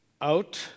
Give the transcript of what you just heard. out